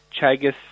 chagas